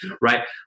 Right